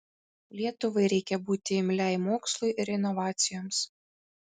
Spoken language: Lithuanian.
lietuvai reikia būti imliai mokslui ir inovacijoms